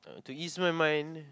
to ease my mind